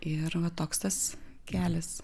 ir toks tas kelias